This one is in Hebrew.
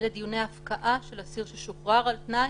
אלה דיוני הפקעה של אסיר ששוחרר על תנאי